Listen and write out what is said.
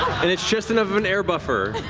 and it's just enough of an air buffer.